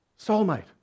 soulmate